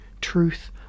truth